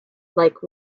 like